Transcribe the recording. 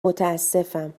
متاسفم